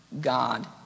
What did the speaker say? God